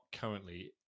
currently